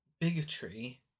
bigotry